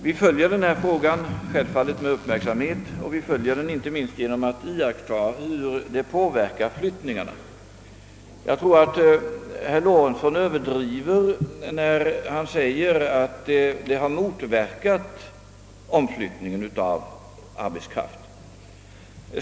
Vi följer självfallet denna fråga med uppmärksamhet, och vi följer den inte minst genom att iaktta hur den påverkar omflyttningen av arbetskraft. Jag tror att herr Lorentzon överdriver när han säger, att hyressättningen har motverkat denna omflyttning.